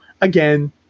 again